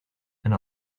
and